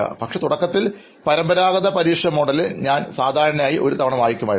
പക്ഷേ തുടക്കത്തിൽ പരമ്പരാഗത പരീക്ഷ മോഡിൽ ഞാൻ സാധാരണയായി ഒരുതവണ വായിക്കുമായിരുന്നു